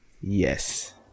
yes